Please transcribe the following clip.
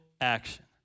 action